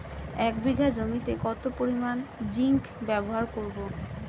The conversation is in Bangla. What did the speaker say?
এক বিঘা জমিতে কত পরিমান জিংক ব্যবহার করব?